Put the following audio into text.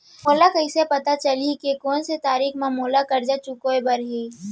मोला कइसे पता चलही के कोन से तारीक म मोला करजा चुकोय बर हे?